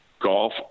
golf